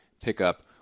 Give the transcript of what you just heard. pickup